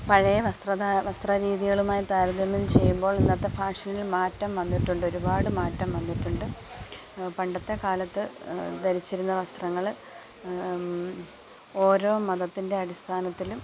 പഴയ വസ്ത്രരീതികളുമായി താരതമ്യം ചെയ്യുമ്പോൾ ഇന്നത്തെ ഫാഷനിൽ മാറ്റം വന്നിട്ടുണ്ട് ഒരുപാട് മാറ്റം വന്നിട്ടുണ്ട് പണ്ടത്തെ കാലത്ത് ധരിച്ചിരുന്ന വസ്ത്രങ്ങള് ഓരോ മതത്തിൻ്റെ അടിസ്ഥാനത്തിലും